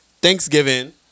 Thanksgiving